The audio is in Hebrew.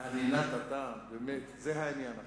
עלילת הדם, זה העניין עכשיו.